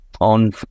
on